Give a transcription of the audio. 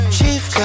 Chief